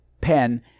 pen